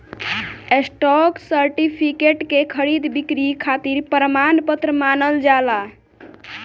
stock certificate के खरीद बिक्री खातिर प्रमाण पत्र मानल जाला